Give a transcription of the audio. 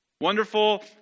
Wonderful